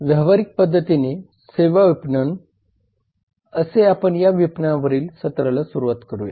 व्यावहारिक पद्धतीने सेवा विपणन असे आपण या विपणनावरील सत्राला सुरु करूया